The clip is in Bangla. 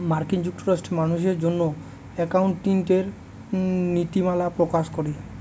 মার্কিন যুক্তরাষ্ট্রে মানুষের জন্য একাউন্টিঙের নীতিমালা প্রকাশ করে